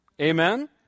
Amen